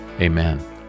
Amen